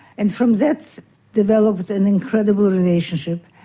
and from that developed an incredible relationship.